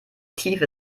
tiefe